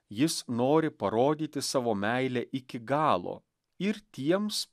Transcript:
jis nori parodyti savo meilę iki galo ir tiems